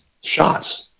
shots